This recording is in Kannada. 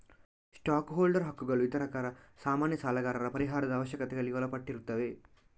ಸ್ಟಾಕ್ ಹೋಲ್ಡರ್ ಹಕ್ಕುಗಳು ವಿತರಕರ, ಸಾಮಾನ್ಯ ಸಾಲಗಾರರ ಪರಿಹಾರದ ಅವಶ್ಯಕತೆಗಳಿಗೆ ಒಳಪಟ್ಟಿರುತ್ತವೆ